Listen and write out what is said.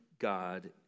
God